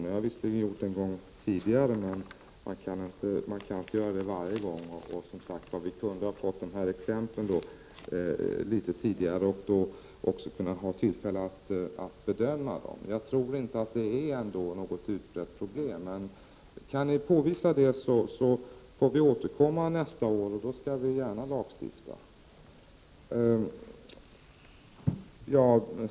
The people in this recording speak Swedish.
Det har jag visserligen gjort en gång tidigare, men man kan inte göra det varje gång. Och vi kunde som sagt ha fått de här exemplen litet tidigare och då också fått tillfälle att bedöma dem. Jag tror ändå inte att det är något utbrett problem. Men kan ni påvisa det, får vi återkomma nästa år, och då skall vi gärna lagstifta.